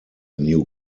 new